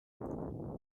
cantor